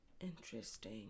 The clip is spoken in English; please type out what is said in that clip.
Interesting